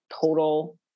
total